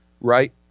right